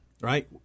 right